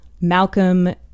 Malcolm